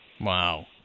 wow